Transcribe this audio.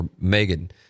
Megan